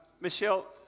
Michelle